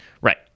right